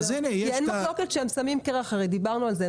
אין מחלוקת שאין שמים קרח ודיברנו על כך.